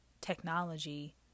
technology